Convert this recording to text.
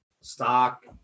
stock